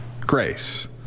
grace